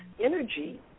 energy